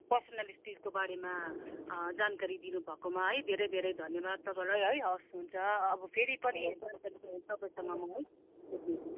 पर्सनालिटिजको बारेमा जानकारी दिनु भएकोमा है धेरै धेरै धन्यवाद तपाईँलाई है हवस् हुन्छ अब फेरि पनि तपाईँसँग म है सोध्ने छु